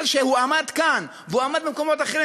הוא עמד כאן והוא עמד במקומות אחרים,